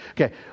Okay